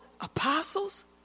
apostles